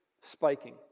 spiking